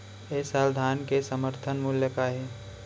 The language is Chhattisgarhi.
ए साल धान के समर्थन मूल्य का हे?